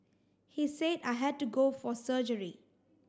he said I had to go for surgery